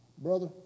Brother